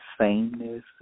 sameness